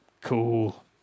Cool